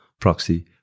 proxy